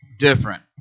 Different